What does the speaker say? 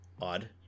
odd